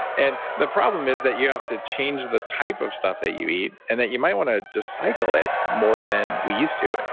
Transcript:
and the problem is that you have to change the type of stuff that you eat and that you might want to just cycle it more than we used to. and